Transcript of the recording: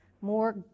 more